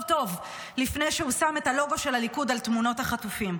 טוב לפני שהוא שם את הלוגו של הליכוד על תמונות החטופים.